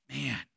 man